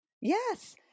Yes